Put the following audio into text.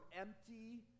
empty